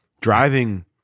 driving